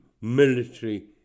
military